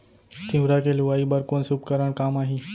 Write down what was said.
तिंवरा के लुआई बर कोन से उपकरण काम आही?